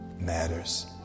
Matters